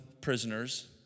prisoners